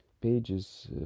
pages